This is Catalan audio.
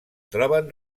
troben